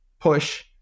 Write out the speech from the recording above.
push